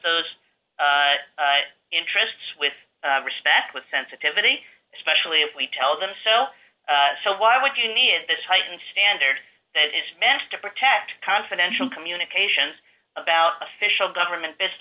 those interests with respect with sensitivity especially if we tell them so so why would you need this heightened standard that is meant to protect confidential communications about official government b